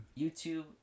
YouTube